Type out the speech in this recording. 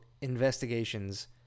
investigations